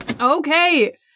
Okay